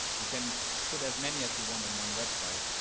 you can put as many as you want on one website.